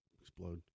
explode